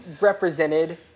represented